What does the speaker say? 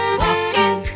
walking